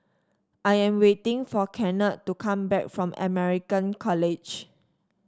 I am waiting for Kennard to come back from American College